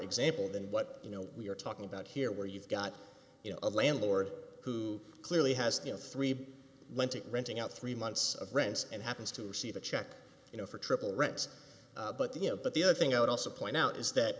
example than what you know we are talking about here where you've got a landlord who clearly has three went to renting out three months of rents and happens to see the check you know for triple rents but you know but the other thing i would also point out is that